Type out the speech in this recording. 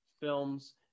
films